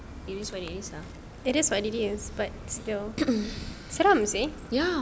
it is what it is but still seram seh